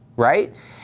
right